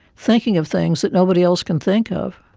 thinking of things that nobody else can think of.